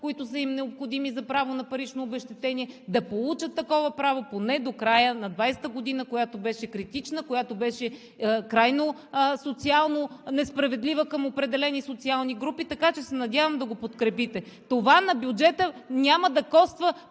12 месеца, необходими им за право на парично обезщетение, да получат такова право поне до края на 2020 г., която беше критична, която беше крайно социално несправедлива към определени социални групи. Така че се надявам да го подкрепите. Това на бюджета няма да коства